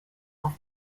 auf